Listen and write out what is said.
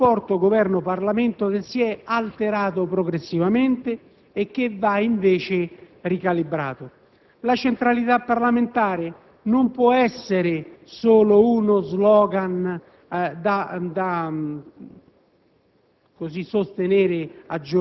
riequilibrare un rapporto Governo-Parlamento che si è alterato progressivamente e che va invece ricalibrato. La centralità parlamentare non può essere solo uno *slogan* da